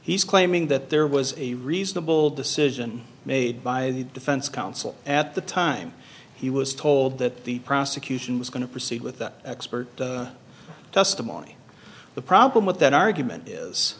he's claiming that there was a reasonable decision made by the defense counsel at the time he was told that the prosecution was going to proceed with that expert testimony the problem with that argument is